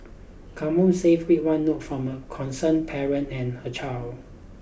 come home safe read one note from a concerned parent and her child